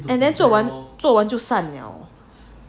and then 做完做完就散了